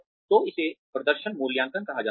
तो इसे प्रदर्शन मूल्यांकन कहा जाता है